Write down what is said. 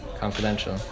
confidential